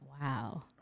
wow